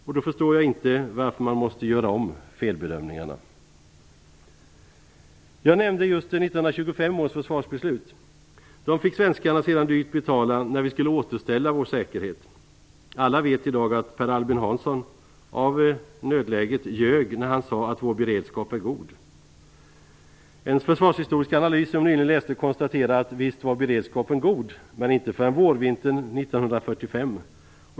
Och då förstår jag inte varför man måste göra om felbedömningarna. Jag nämnde just 1925 års försvarsbeslut. Dem fick svenskarna sedan dyrt betala när vi skulle återställa vår säkerhet. Alla vet i dag att Per Albin Hansson, i ett nödläge, ljög när han sade att "vår beredskap är god". En försvarshistorisk analys som jag nyligen läste konstaterar, att visst var beredskapen god, men inte förrän vårvintern 1945.